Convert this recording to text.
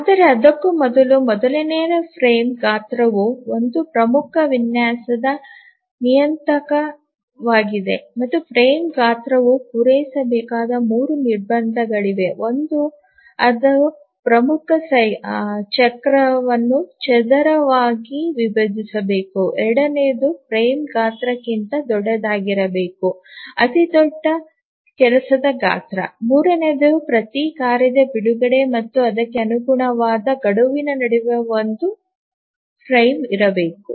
ಆದರೆ ಅದಕ್ಕೂ ಮೊದಲು ಮೊದಲನೆಯದು ಫ್ರೇಮ್ ಗಾತ್ರವು ಒಂದು ಪ್ರಮುಖ ವಿನ್ಯಾಸದ ನಿಯತಾಂಕವಾಗಿದೆ ಮತ್ತು ಫ್ರೇಮ್ ಗಾತ್ರವು ಪೂರೈಸಬೇಕಾದ ಮೂರು ನಿರ್ಬಂಧಗಳಿವೆ ಒಂದು ಅದು ಪ್ರಮುಖ ಚಕ್ರವನ್ನು ಚದರವಾಗಿ ವಿಭಜಿಸಬೇಕು ಎರಡನೆಯದು ಫ್ರೇಮ್ ಗಾತ್ರಕ್ಕಿಂತ ದೊಡ್ಡದಾಗಿರಬೇಕು ಅತಿದೊಡ್ಡ ಕೆಲಸದ ಗಾತ್ರ ಮೂರನೆಯದು ಪ್ರತಿ ಕಾರ್ಯದ ಬಿಡುಗಡೆ ಮತ್ತು ಅದಕ್ಕೆ ಅನುಗುಣವಾದ ಗಡುವಿನ ನಡುವೆ ಒಂದು ಫ್ರೇಮ್ ಇರಬೇಕು